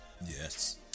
Yes